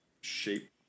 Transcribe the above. shape